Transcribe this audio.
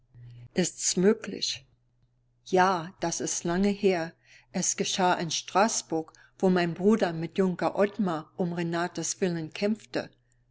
ist's möglich ja das ist lange her es geschah in straßburg wo mein bruder mit junker ottmar um renatas willen kämpfte